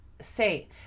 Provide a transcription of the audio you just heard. say